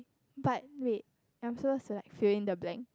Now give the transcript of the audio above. but wait I am so select fill in the blank